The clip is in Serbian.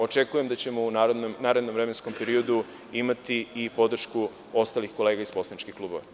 Očekujem da ćemo u narednom vremenskom periodu imati i podršku ostalih kolega iz poslaničkih klubova.